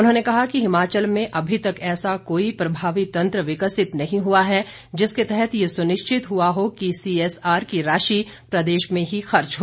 उन्होंने कहा कि हिमाचल में अभी तक ऐसा कोई प्रभावी तंत्र विकसित नहीं हुआ है जिसके तहत यह सुनिश्चित हुआ हो कि सीएसआर की राशि प्रदेश में ही खर्च हो